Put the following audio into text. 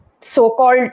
so-called